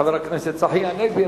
חבר הכנסת צחי הנגבי.